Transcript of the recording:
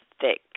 thick